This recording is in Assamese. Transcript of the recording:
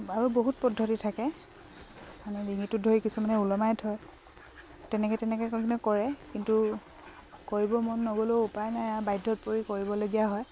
আৰু বহুত পদ্ধতি থাকে মানে ডিঙিটোত ধৰি কিছুমানে ওলমাই থয় তেনেকৈ তেনেকৈ কৰি কিনে কৰে কিন্তু কৰিব মন নগ'লেও উপায় নাই আৰু বাধ্যত পৰি কৰিবলগীয়া হয়